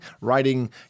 writing